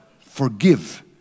forgive